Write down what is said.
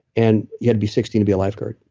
and you had to be sixteen to be a lifeguard.